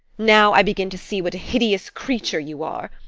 now i begin to see what a hideous creature you are!